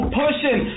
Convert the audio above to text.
pushing